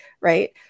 right